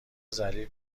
ذلیل